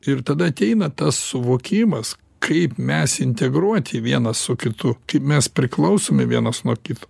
ir tada ateina tas suvokimas kaip mes integruoti vienas su kitu kaip mes priklausome vienas nuo kito